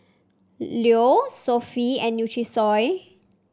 Leo Sofy and Nutrisoy